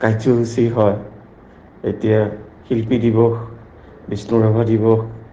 কাৰ্যসূচী হয় এতিয়া শিল্পী দিৱস বিষ্ণুৰাভা দিৱস